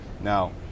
Now